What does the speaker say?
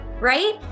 Right